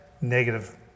negative